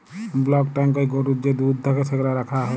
block ট্যাংকয়ে গরুর যে দুহুদ থ্যাকে সেগলা রাখা হ্যয়